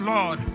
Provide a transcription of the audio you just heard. Lord